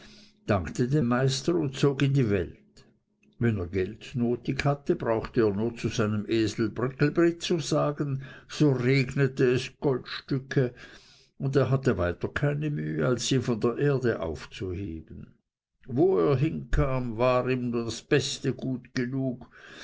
dankte dem meister und zog in die welt wenn er gold nötig hatte brauchte er nur zu seinem esel bricklebrit zu sagen so regnete es goldstücke und er hatte weiter keine mühe als sie von der erde aufzuheben wo er hinkam war ihm das beste gut genug